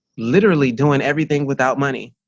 literally doing everything without money,